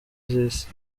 z’isi